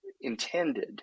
intended